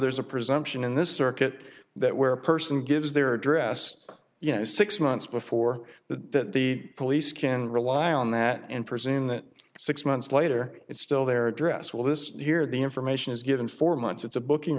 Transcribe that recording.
there's a presumption in this circuit that where a person gives their address you know six months before that that the police can rely on that and presume that six months later it's still their address will this hear the information is given for months it's a booking